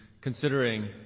considering